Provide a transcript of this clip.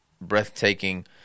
breathtaking